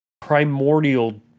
primordial